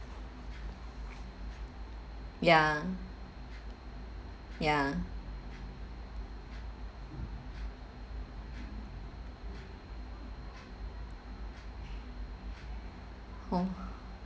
ya ya oh